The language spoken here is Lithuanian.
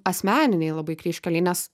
asmeninėj labai kryžkelėj nes